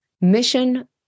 Mission